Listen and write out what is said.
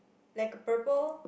like a purple